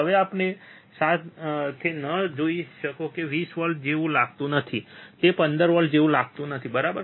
હવે આ સાથે ન જશો કે તે 20 વોલ્ટ જેવું લાગતું નથી તે 15 વોલ્ટ જેવું લાગતું નથી બરાબર